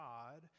God